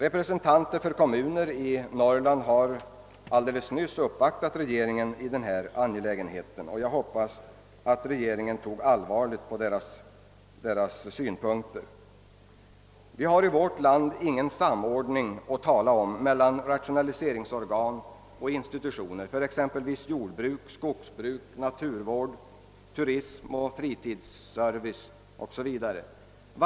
Representanter från kommuner i Norrland har nyligen uppvaktat regeringen i denna angelägenhet, och jag hoppas att regeringen tog allvarligt på deras synpunkter. Vi har i vårt land ingen samordning att tala om mellan rationaliseringsorgan och institutioner för exempelvis jordbruk, skogsbruk, naturvård, turism och fritidsservice, jakt och fiske 0. s. v.